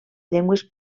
llengües